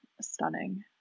stunning